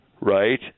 Right